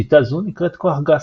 שיטה זו נקראת כוח גס.